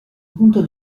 punto